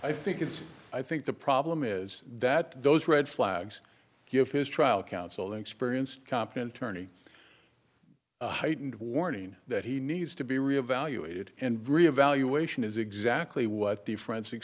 i think it's i think the problem is that those red flags you have his trial counsel experience competent attorney heightened warning that he needs to be reevaluated and reevaluation is exactly what the forensic